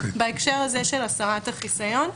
בהקשר הזה של הסרת החיסיון.